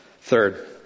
Third